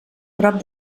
prop